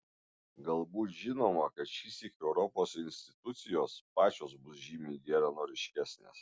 galbūt žinoma kad šįsyk europos institucijos pačios bus žymiai geranoriškesnės